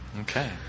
Okay